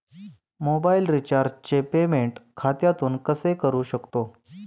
Mobile रिचार्जचे payment खात्यातून कसे करू शकतो?